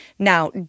Now